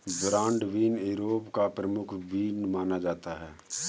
broad bean Europe का प्रमुख bean माना जाता है